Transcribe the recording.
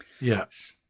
Yes